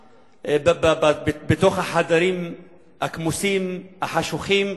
או בתוך החדרים הכמוסים, החשוכים,